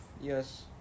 Yes